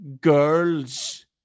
Girls